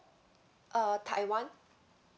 uh taiwan